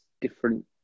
different